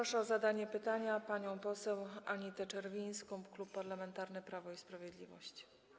Proszę o zadanie pytania panią poseł Anitę Czerwińską, Klub Parlamentarny Prawo i Sprawiedliwość.